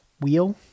wheel